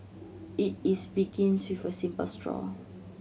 it is begins with a simple straw